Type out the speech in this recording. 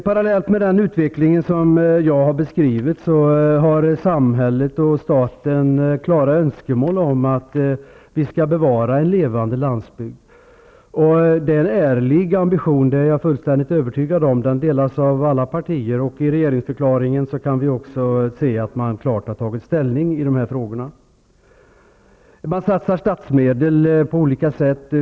Parallellt med den utveckling som jag har beskrivit har samhället och staten klara önskemål om att vi skall bevara en levande landsbygd. Det är en ärlig ambition, det är jag helt övertygad om, och den delas av alla partier. Och i regeringsförklaringen kan vi också läsa att regeringen klart har tagit ställning i dessa frågor. Man satsar statsmedel på olika sätt.